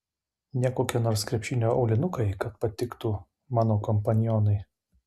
ne kokie nors krepšinio aulinukai kad patiktų mano kompanionui